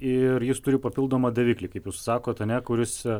ir jis turi papildomą daviklį kaip jūs sakot ane kuris